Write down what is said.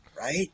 Right